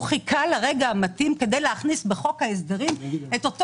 הוא חיכה לרגע המתאים כדי להכניס בחוק ההסדרים את אותו